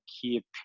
keep